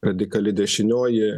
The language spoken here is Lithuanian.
radikali dešinioji